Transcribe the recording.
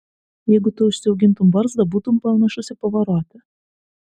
jeigu tu užsiaugintum barzdą būtum panašus į pavarotį